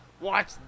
watch